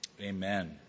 amen